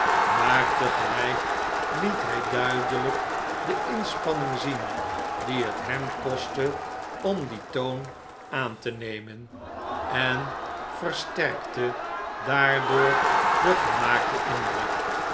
maar tegelijk liet hij duidelijk de inspanning zien die het hem kostte om dien toon aan te nemen en versterkte daardoor den gemaakten indruk